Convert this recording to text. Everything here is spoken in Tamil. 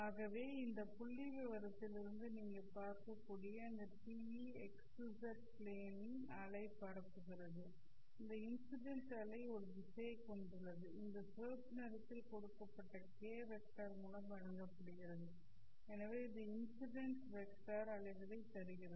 ஆகவே இந்த புள்ளிவிவரத்தில் இருந்து நீங்கள் பார்க்கக்கூடிய அந்த TE xz பிளேன் ல் அலை பரப்புகிறது இந்த இன்சிடெண்ட் அலை ஒரு திசையைக் கொண்டுள்ளது இது சிவப்பு நிறத்தில் கொடுக்கப்பட்ட இந்த k' வெக்டர் மூலம் வழங்கப்படுகிறது எனவே இது இன்சிடெண்ட் வெக்டர் அலைகளைத் தருகிறது